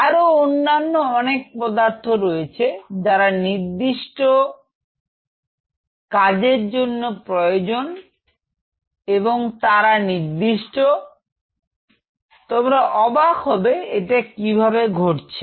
আরো অন্যান্য অনেক পদার্থ রয়েছে যারা নির্দিষ্ট পোষ্টের জন্য প্রয়োজন এবং তারা নির্দিষ্ট তোমরা অবাক হবে এটা কিভাবে ঘটছে